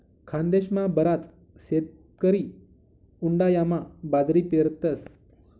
खानदेशमा बराच शेतकरी उंडायामा बाजरी पेरतस